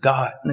God